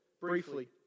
briefly